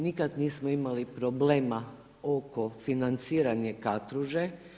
Nikad nismo imali problema oko financiranja Katruže.